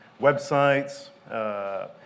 websites